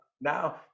now